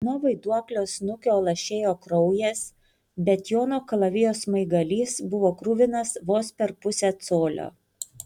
nuo vaiduoklio snukio lašėjo kraujas bet jono kalavijo smaigalys buvo kruvinas vos per pusę colio